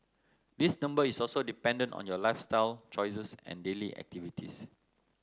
this number is also dependent on your lifestyle choices and daily activities